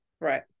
Right